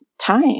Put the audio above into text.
time